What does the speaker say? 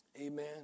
Amen